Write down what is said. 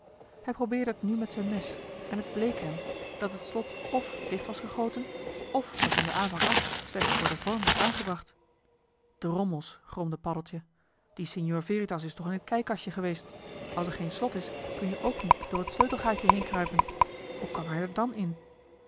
hij probeerde het nu met zijn mes en het bleek hem dat het slot f dicht was gegoten f er van den aanvang af slechts voor den vorm was aangebracht drommels gromde paddeltje die signor veritas is toch in het kijkkastje geweest als er geen slot is kun-je ook niet door het sleutelgaatje heen kruipen hoe kwam hij er dàn in